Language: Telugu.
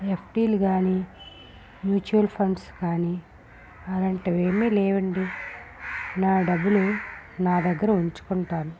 యఫ్డీలు కానీ మ్యుచువల్ ఫండ్స్ కానీ అలాంటివి ఏమి లేవండి నా డబ్బులు నా దగ్గర ఉంచుకుంటాను